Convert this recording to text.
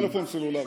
טלפון סלולרי.